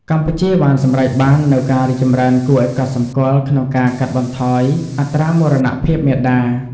កម្ពុជាបានសម្រេចបាននូវការរីកចម្រើនគួរឱ្យកត់សម្គាល់ក្នុងការកាត់បន្ថយអត្រាមរណភាពមាតា។